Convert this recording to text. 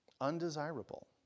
undesirable